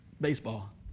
baseball